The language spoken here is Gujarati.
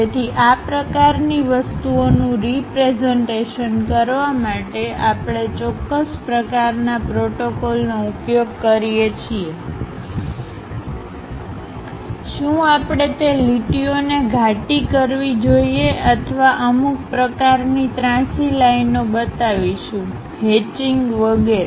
તેથી આ પ્રકારની વસ્તુઓનું રીપ્રેઝન્ટેશન કરવા માટે આપણે ચોક્કસ પ્રકારના પ્રોટોકોલ નો ઉપયોગ કરીએ છીએશું આપણે તે લીટીઓ ને ઘાટી કરવી જોઈએ અથવા અમુક પ્રકારની ત્રાંસી લાઇનઓ બતાવીશું હેચિંગ વગેરે